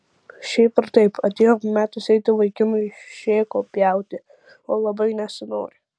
šiaip ar taip atėjo metas eiti vaikinui šėko pjauti o labai nesinori